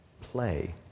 play